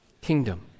kingdom